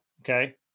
okay